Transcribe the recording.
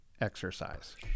exercise